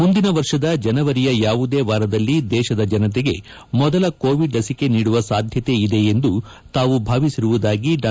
ಮುಂದಿನ ವರ್ಷದ ಜನವರಿಯ ಯಾವುದೇ ವಾರದಲ್ಲಿ ದೇಶದ ಜನತೆಗೆ ಮೊದಲ ಕೋವಿಡ್ ಲಸಿಕೆ ನೀಡುವ ಸಾಧ್ಯತೆ ಇದೆ ಎಂದು ತಾವು ಭಾವಿಸಿರುವುದಾಗಿ ಡಾ